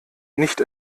nicht